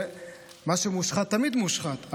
מה שמושחת תמיד מושחת,